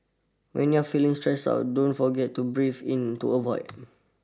when you are feeling stressed out don't forget to breathe into a void